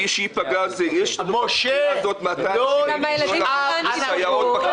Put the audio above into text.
מי שייפגע, יש פה 270 מיליון שקל לסייעות.